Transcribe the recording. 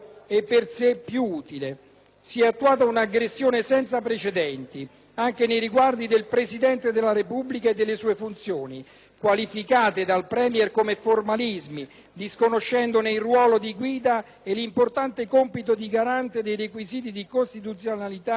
Si è attuata un'aggressione senza precedenti, anche nei riguardi del Presidente della Repubblica e delle sue funzioni, qualificate dal *Premier* come formalismi, disconoscendone il ruolo di guida e l'importante compito di garante dei requisiti di costituzionalità di ogni provvedimento.